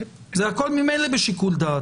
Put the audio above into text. זה הכול ממילא בשיקול דעת,